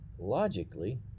Logically